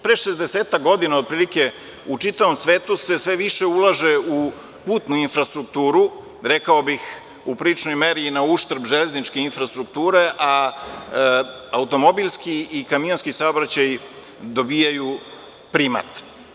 Pre 60-ak godina, otprilike, u čitavom svetu se sve više ulaže u putnu infrastrukturu, rekao bih, u priličnoj meri i na uštrb železničke infrastrukture, a automobilski i kamionski saobraćaj dobijaju primat.